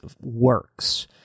works